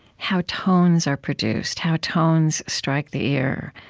how tones are produced, how tones strike the ear,